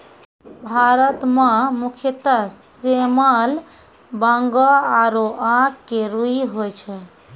भारत मं मुख्यतः सेमल, बांगो आरो आक के रूई होय छै